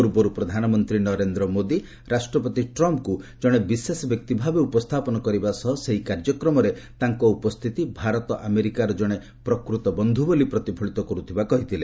ପୂର୍ବରୁ ପ୍ରଧାନମନ୍ତ୍ରୀ ନରେନ୍ଦ୍ର ମୋଦି ରାଷ୍ଟ୍ରପତି ଟ୍ରମ୍ପଙ୍କୁ ଜଣେ ବିଶେଷ ବ୍ୟକ୍ତି ଭାବେ ଉପସ୍ଥାପନ କରିବା ସହ ସେହି କାର୍ଯ୍ୟକ୍ରମରେ ତାଙ୍କ ଉପସ୍ଥିତି ଭାରତ ଆମେରିକାର ଜଣେ ପ୍ରକୃତ ବନ୍ଧୁ ବୋଲି ପ୍ରତିଫଳିତ କରୁଥିବା କହିଥିଲେ